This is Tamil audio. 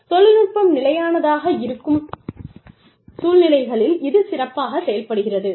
தொழில்நுட்பம் நிலையானதாக இருக்கும் சூழ்நிலைகளில் இது சிறப்பாகச் செயல்படுகிறது